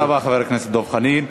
תודה רבה, חבר הכנסת דב חנין.